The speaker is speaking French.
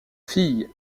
fille